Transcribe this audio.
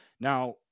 Now